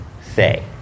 say